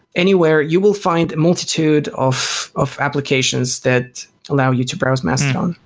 anywhere, you will find a multitude of of applications that allow you to browse mastodon.